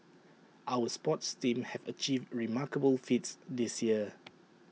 our sports teams have achieved remarkable feats this year